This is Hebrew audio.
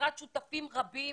בעזרת שותפים רבים,